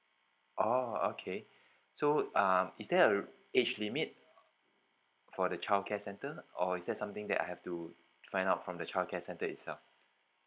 oh okay so um is there a age limit for the childcare centre or is that something that I have to find out from the childcare centre itself